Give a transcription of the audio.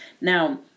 Now